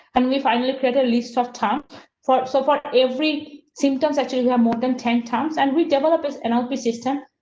and we finally get a list of time for so for every symptoms. actually we have more than ten terms and we developers and um our system.